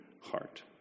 heart